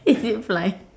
if it fly